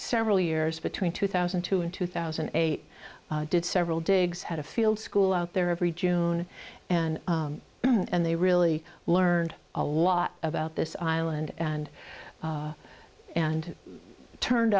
several years between two thousand and two and two thousand and eight did several digs had a field school out there every june and and they really learned a lot about this island and and turned